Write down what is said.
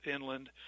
inland